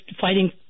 fighting